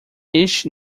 este